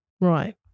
right